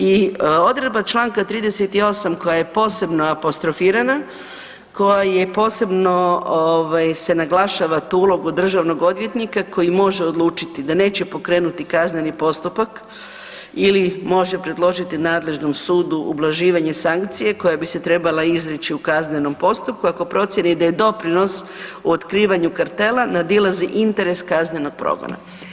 I odredba članka 38. koja je posebno apostrofirana, koja je posebno se naglašava tu ulogu državnog odvjetnika koji može odlučiti da neće pokrenuti kazneni postupak ili može predložiti nadležnom sudu ublaživanje sankcije koja bi se treba izreći u kaznenom postupku ako procijeni da je doprinos u otkrivanju kartela nadilazi interes kaznenog progona.